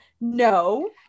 no